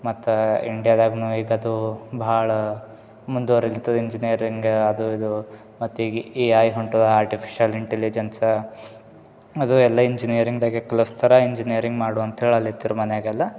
ಮತ್ತು ಇಂಡಿಯಾದಾಗೂ ಈಗದು ಭಾಳ್ ಮುಂದ್ವರಿಲ್ತು ಇಂಜಿನಿಯರಿಂಗ್ ಅದು ಇದು ಮತ್ತು ಈ ಆಯಿ ಹೊಂಟು ಆರ್ಟಿಫಿಷಲ್ ಇಂಟಲಿಜೆನ್ಸ್ ಅದು ಎಲ್ಲ ಇಂಜಿನಿಯರಿಂಗ್ದಾಗ ಪ್ಲಸ್ ಥರ ಇಂಜಿನಿಯರಿಂಗ್ ಮಾಡು ಅಂತೇಳಲಿತ್ರ್ ಮನೆಯಾಗೆಲ್ಲ